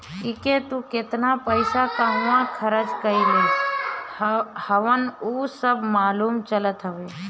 एके तू केतना पईसा कहंवा खरच कईले हवअ उ सब मालूम चलत हवे